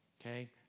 Okay